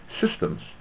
systems